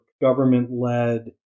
government-led